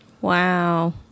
Wow